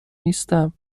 نیستم